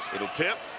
it will tip